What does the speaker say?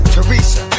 Teresa